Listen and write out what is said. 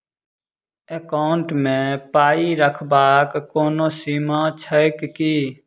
Account मे पाई रखबाक कोनो सीमा छैक की?